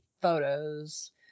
photos